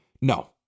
No